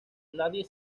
nadie